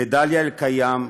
לדליה אלקיים,